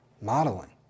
Modeling